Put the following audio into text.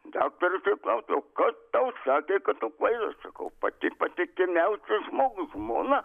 daktaras ir klausia o kas tau sakė kad tu kvailas sakau pati patikimiausias žmogus žmona